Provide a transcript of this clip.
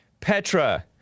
Petra